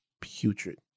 Putrid